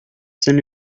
saint